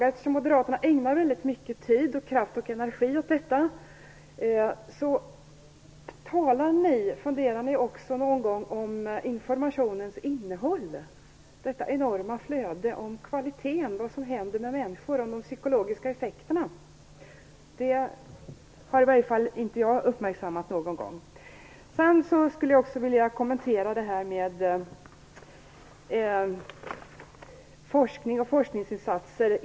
Eftersom moderaterna ägnar väldigt mycket tid, kraft och energi åt detta vill jag fråga: Talar ni någon gång om informationens innehåll - detta enorma flöde - om kvaliteten, om vad som händer med människorna och om vilka de psykologiska effekterna är? Det har i varje fall inte jag uppmärksammat. Jag vill också kommentera det som sades om forskning och forskningsinsatser.